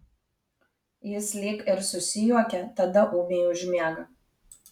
jis lyg ir susijuokia tada ūmiai užmiega